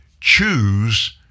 choose